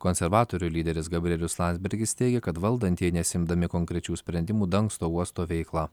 konservatorių lyderis gabrielius landsbergis teigia kad valdantieji nesiimdami konkrečių sprendimų dangsto uosto veiklą